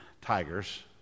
tigers